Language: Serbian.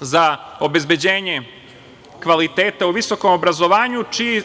za obezbeđenje kvaliteta u visokom obrazovanju, čiji